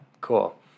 cool